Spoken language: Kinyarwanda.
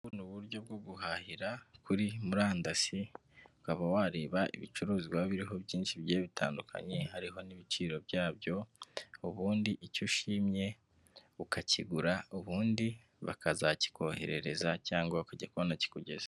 Ubu ni uburyo bwo guhahira kuri murandasi, ukaba wareba ibicuruzwa biriho byinshi bigiye bitandukanye hariho n'ibiciro byabyo, ubundi icyo ushimye ukakigura ubundi bakazakikoherereza cyangwa ukajya kubona kikugezeho.